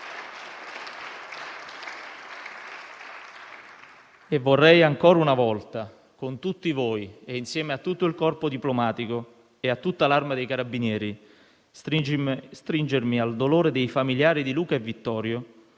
E vorrei ancora una volta, con tutti voi e insieme a tutto il Corpo diplomatico e a tutta l'Arma dei carabinieri, stringermi al dolore dei familiari di Luca e Vittorio,